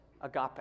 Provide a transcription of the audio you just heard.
agape